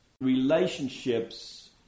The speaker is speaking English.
relationships